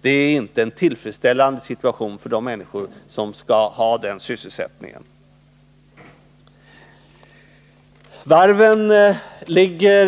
Det är inte någon tillfredsställande situation för de människor som skall ha den sysselsättningen. Varven ligger